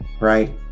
right